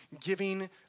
giving